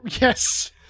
yes